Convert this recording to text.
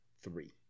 Three